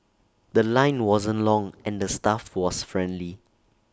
The Line wasn't long and the staff was friendly